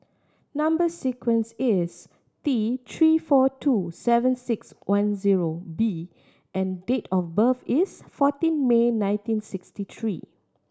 number sequence is T Three four two seven six one zero B and date of birth is fourteen May nineteen sixty three